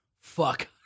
fuck